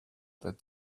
that